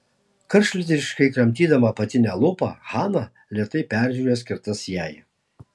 karštligiškai kramtydama apatinę lūpą hana lėtai peržiūrėjo skirtas jai